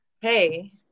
Hey